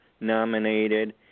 nominated